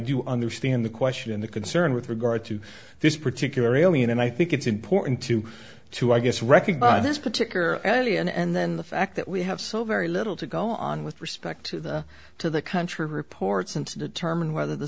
do understand the question and the concern with regard to this particular alien and i think it's important to to i guess recognize this particular early and then the fact that we have so very little to go on with respect to the country reports and to determine whether the